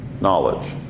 knowledge